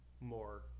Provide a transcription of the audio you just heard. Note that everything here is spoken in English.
more